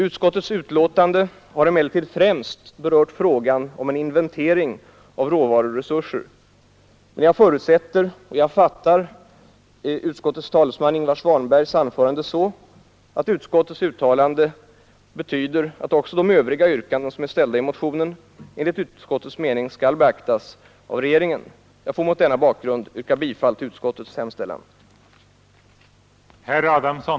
Utskottets betänkande har emellertid främst berört frågan om en inventering av råvaruresurser, men jag förutsätter — och fattar anförandet av utskottets ordförande Ingvar Svanberg så — att utskottets uttalande innebär att också de övriga yrkanden som är ställda i motionen enligt utskottets mening skall beaktas av regeringen. Jag får mot denna bakgrund yrka bifall till utskottets hemställan.